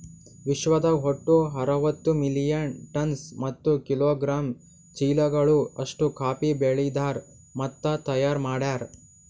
ವಿಶ್ವದಾಗ್ ಒಟ್ಟು ಅರವತ್ತು ಮಿಲಿಯನ್ ಟನ್ಸ್ ಮತ್ತ ಕಿಲೋಗ್ರಾಮ್ ಚೀಲಗಳು ಅಷ್ಟು ಕಾಫಿ ಬೆಳದಾರ್ ಮತ್ತ ತೈಯಾರ್ ಮಾಡ್ಯಾರ